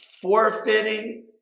forfeiting